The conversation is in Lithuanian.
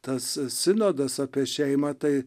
tas sinodas apie šeimą tai